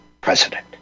president